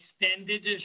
extended